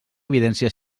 evidència